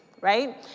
right